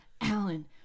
alan